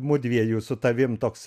mudviejų su tavim toks